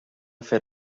fer